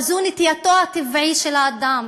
אבל זו נטייתו הטבעית של האדם,